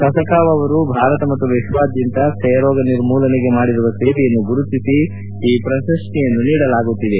ಸಸಕಾವ ಅವರು ಭಾರತ ಹಾಗೂ ವಿಶ್ವದಾದ್ಯಂತ ಕ್ಷಯರೋಗ ನಿರ್ಮೂಲನೆಗೆ ಮಾಡಿರುವ ಸೇವೆಯನ್ನು ಗುರುತಿಸಿ ಈ ಪ್ರಶಸ್ತಿಯನ್ನು ನೀಡಲಾಗುತ್ತಿದೆ